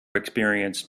experienced